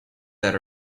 that